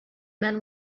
men